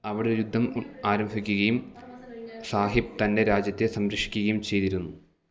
അവിടെ യുദ്ധം ആരംഭിക്കുകയും സാഹിബ് തൻ്റെ രാജ്യത്തെ സംരക്ഷിക്കുകയും ചെയ്തിരുന്നു